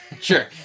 Sure